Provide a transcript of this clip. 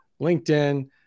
LinkedIn